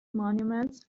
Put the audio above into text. monument